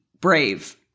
brave